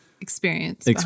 experience